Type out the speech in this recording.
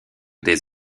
des